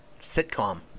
sitcom